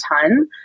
ton